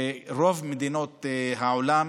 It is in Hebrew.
ברוב מדינות העולם